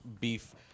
beef